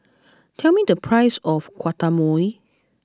tell me the price of Guacamole